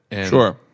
Sure